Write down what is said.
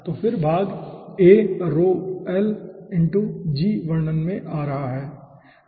तो फिर भाग A ⍴l g वर्णन में आ रहा होगा